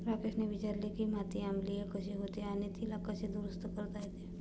राकेशने विचारले की माती आम्लीय कशी होते आणि तिला कसे दुरुस्त करता येईल?